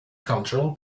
cultural